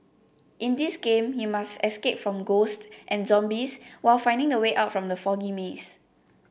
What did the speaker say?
in this game you must escape from ghosts and zombies while finding the way out from the foggy maze